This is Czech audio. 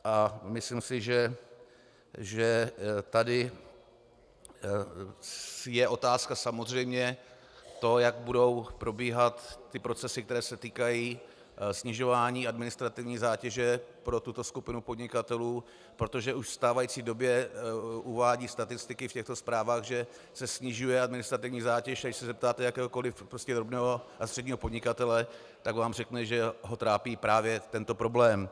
A myslím si, že tady je otázka samozřejmě to, jak budou probíhat procesy, které se týkají snižování administrativní zátěže pro tuto skupinu podnikatelů, protože už ve stávající době uvádí statistiky v těchto zprávách, že se snižuje administrativní zátěž, a když se zeptáte jakéhokoli drobného a středního podnikatele, tak vám řekne, že ho trápí právě tento problém.